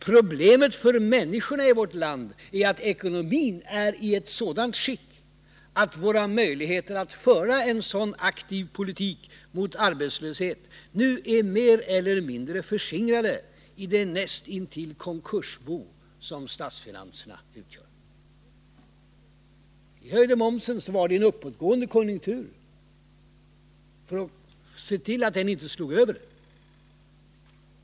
Problemet för människorna i vårt land är att ekonomin är i ett sådant skick att våra möjligheter att föra en sådan aktiv politik mot arbetslöshet nu är mer eller mindre förskingrade i det näst intill konkursbo som statsfinanserna utgör. När vi socialdemokrater höjde momsen var det i en uppåtgående konjunktur för att se till att den inte slog över.